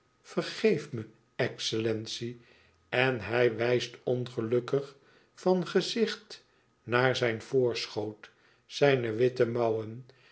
vergeef me excellentie en hij wijst ongelukkig van gezicht naar zijn voorschoot zijne witte mouwen